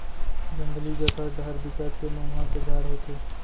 जंगली जघा डहर बिकट के मउहा के झाड़ होथे